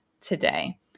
today